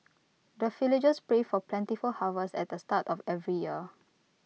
the villagers pray for plentiful harvest at the start of every year